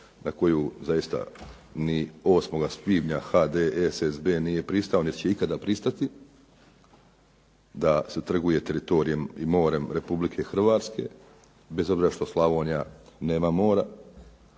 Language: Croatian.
na koju zaista ni 8. svibnja HDSSB nije pristao niti će ikada pristati da se trguje teritorijem i morem Republike Hrvatske bez obzira što Slavonija nema mora,